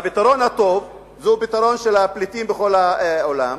והפתרון הטוב הוא הפתרון של הפליטים בכל העולם.